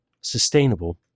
sustainable